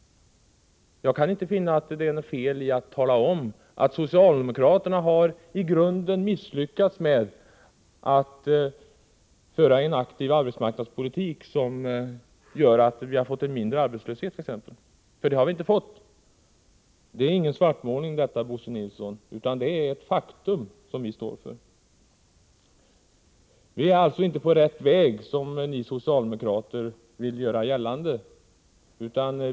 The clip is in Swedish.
Jag kan inte finna att det är något fel i att tala om att socialdemokraterna i grunden har misslyckats med att föra en aktiv arbetsmarknadspolitik som skulle ha gjort att vi fått mindre arbetslöshet — för det har vi inte fått. Detta är ingen svartmålning, Bo Nilsson, utan det är ett faktum som vi står för. Vi är alltså inte på rätt väg, som ni socialdemokrater vill göra gällande.